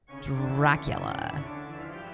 Dracula